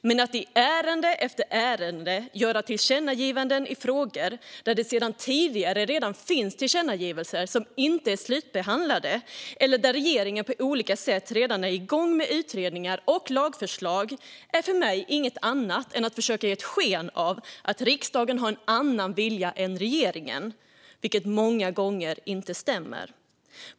Men att i ärende efter ärende lägga fram förslag till tillkännagivanden i frågor där det sedan tidigare redan finns tillkännagivanden som inte är slutbehandlande eller där regeringen på olika sätt redan är igång med utredningar eller lagförslag är för mig inget annat än att försöka ge sken av att riksdagen har en annan vilja än regeringen, vilket många gånger inte stämmer.